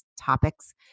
topics